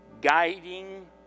guiding